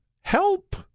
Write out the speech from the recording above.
help